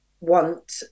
want